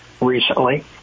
recently